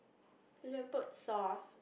you can put sauce